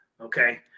okay